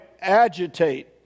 agitate